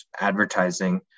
advertising